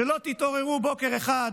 שלא תתעוררו בוקר אחד